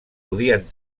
podien